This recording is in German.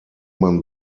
man